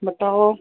बताओ